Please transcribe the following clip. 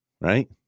Right